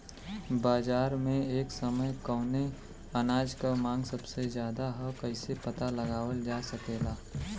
बाजार में एक समय कवने अनाज क मांग सबसे ज्यादा ह कइसे पता लगावल जा सकेला?